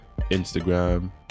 Instagram